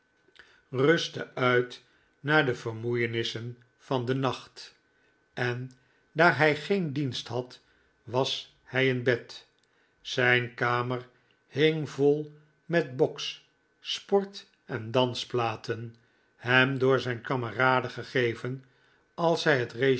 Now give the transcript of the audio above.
rustte uit na de vermoeienissen van den nacht en daar hij geen dienst had was hij in bed zijn kamer hing vol met boks sport en dansplaten hem door zijn kameraden gegeven als zij het